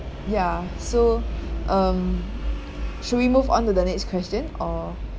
ya so um should we move on to the next question or